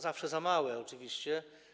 Zawsze za małe oczywiście.